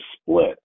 split